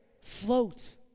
float